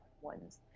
ones